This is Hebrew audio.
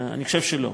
אני חושב שלא.